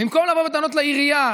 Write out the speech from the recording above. ובמקום לבוא בטענות לעירייה